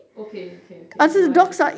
okay okay okay now I understand